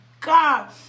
God